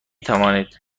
توانید